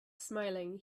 smiling